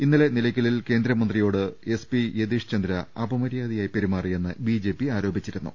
ഇന്നലെ നിലയ്ക്കലിൽ കേന്ദ്രമന്ത്രിയോട് എസ്പി യതീഷ്ചന്ദ്ര അപമര്യാദയായി പെരുമാറിയെന്ന് ബിജെപി ആരോപിച്ചിരുന്നു